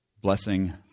blessing